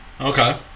Okay